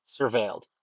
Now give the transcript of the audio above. surveilled